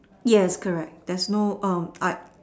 yes correct there's no um I